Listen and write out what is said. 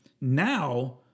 Now